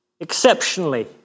Exceptionally